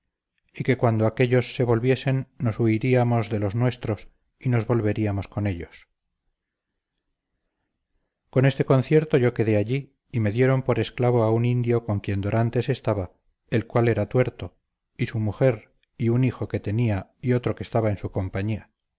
y que cuando aquéllos se volviesen nos huiríamos de los nuestros y nos volveríamos con ellos con este concierto yo quedé allí y me dieron por esclavo a un indio con quien dorantes estaba el cual era tuerto y su mujer y un hijo que tenía y otro que estaba en su compañía